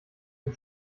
dem